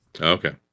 Okay